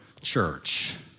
church